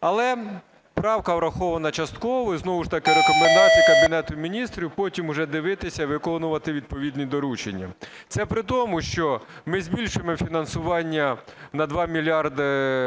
Але правка врахована частково, і знову ж таки рекомендації Кабінету Міністрів, потім вже дивитися, виконувати відповідні доручення. Це при тому, що ми збільшуємо фінансування на 2 мільярди